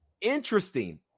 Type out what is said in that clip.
interesting